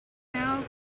now